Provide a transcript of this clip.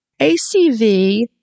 ACV